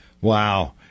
Wow